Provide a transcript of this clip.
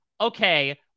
okay